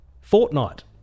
fortnight